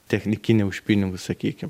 technikinė už pinigus sakykim